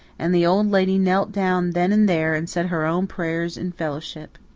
and the old lady knelt down then and there and said her own prayers in fellowship.